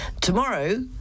Tomorrow